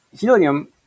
helium